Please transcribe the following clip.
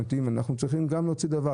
אנחנו צריכים גם פה לעשות את זה.